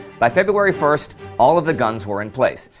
by february first, all of the guns were in place.